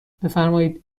بفرمایید